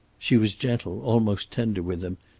she was gentle, almost tender with him,